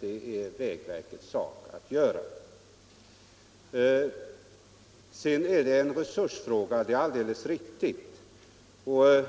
Det är vägverkets sak att göra. Sedan är det alldeles riktigt att detta är en resursfråga. Men eftersom vi befinner oss